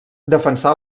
defensà